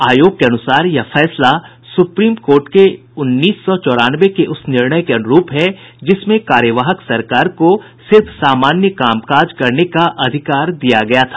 आयोग के अनुसार यह फैसला सुप्रीम कोर्ट के उन्नीस सौ चौरानवे के उस निर्णय के अनुरूप है जिसमें कार्यवाहक सरकार को सिर्फ सामान्य काम काज करने का अधिकार दिया गया था